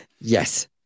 Yes